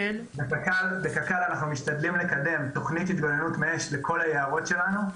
בקק"ל אנחנו משתדלים לקדם תוכנית התגוננות מאש לכל היערות שלנו.